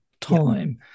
time